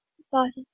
started